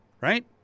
right